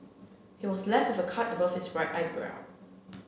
he was left with a cut above his right eyebrow